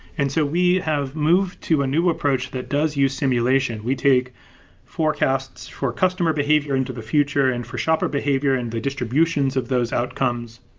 and so we have moved to a new approach that does use simulation. we take forecasts for customer behavior into the future and for shopper behavior and the distributions of those outcomes.